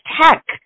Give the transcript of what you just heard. tech